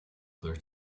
clear